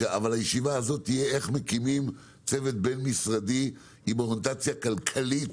אבל הישיבה הזאת תהיה איך מקימים צוות בין-משרדי עם אוריינטציה כלכלית,